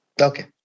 Okay